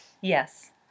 Yes